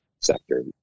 sector